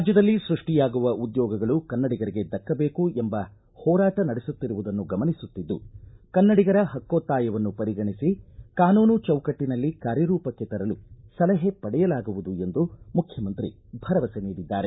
ರಾಜ್ಯದಲ್ಲಿ ಸೃಷ್ಟಿಯಾಗುವ ಉದ್ಯೋಗಗಳು ಕನ್ನಡಿಗರಿಗೆ ದಕ್ಕಬೇಕು ಎಂಬ ಹೋರಾಟ ನಡೆಸುತ್ತಿರುವುದನ್ನು ಗಮನಿಸುತ್ತಿದ್ದು ಕನ್ನಡಿಗರ ಪಕ್ಕೊತ್ತಾಯವನ್ನು ಪರಿಗಣಿಸಿ ಕಾನೂನು ಚೌಕಟ್ಟನಲ್ಲಿ ಕಾರ್ಯರೂಪಕ್ಕೆ ತರಲು ಸಲಹೆ ಪಡೆಯಲಾಗುವುದು ಎಂದು ಮುಖ್ಯಮಂತ್ರಿ ಭರವಸೆ ನೀಡಿದ್ದಾರೆ